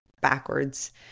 backwards